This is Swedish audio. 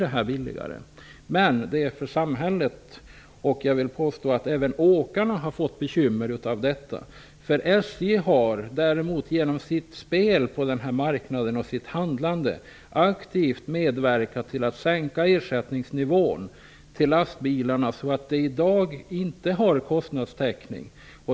Jag vill dock påstå att samhället och även åkarna har fått bekymmer på grund av detta. SJ har genom sitt spel och sitt handlande på denna marknad aktivt medverkat till att sänka nivån på ersättningen till lastbilsföretagen, så att de i dag inte har kostnadstäckning.